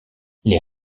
les